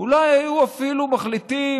אולי היו אפילו מחליטים